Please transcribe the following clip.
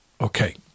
Okay